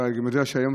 אתה יודע שהיום,